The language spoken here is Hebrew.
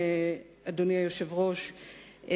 אדוני היושב-ראש,